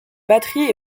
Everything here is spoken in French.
batterie